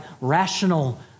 rational